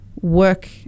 work